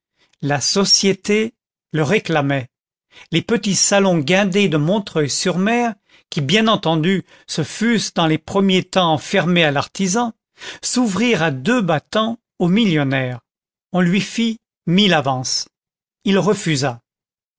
la société le réclamait les petits salons guindés de montreuil sur mer qui bien entendu se fussent dans les premiers temps fermés à l'artisan s'ouvrirent à deux battants au millionnaire on lui fit mille avances il refusa